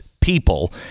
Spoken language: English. people